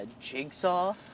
jigsaw